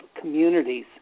communities